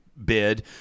bid